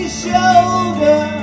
shoulder